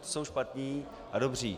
Jsou špatní a dobří.